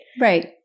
Right